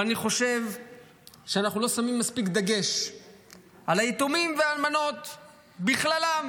אבל אני חושב שאנחנו לא שמים מספיק דגש על היתומים והאלמנות בכללם.